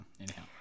anyhow